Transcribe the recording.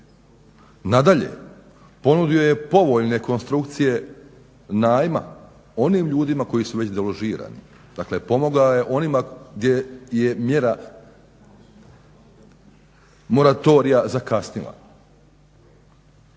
Nadalje, ponudio je povoljne konstrukcije najma onim ljudima koji su već deložirani. Dakle, pomogao je onima gdje je mjera moratorija zakasnila.